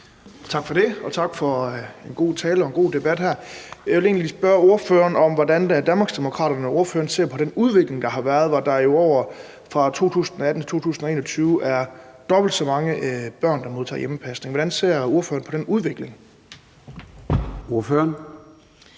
Tak for det, og tak for en god tale og en god debat her. Jeg vil egentlig spørge ordføreren om, hvordan Danmarksdemokraterne og ordføreren ser på den udvikling, der har været, hvor der i årene 2018-2021 var dobbelt så mange børn, der modtog hjemmepasning. Hvordan ser ordføreren på den udvikling? Kl.